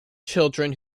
children